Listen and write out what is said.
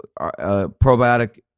probiotic